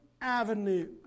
avenue